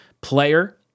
player